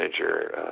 manager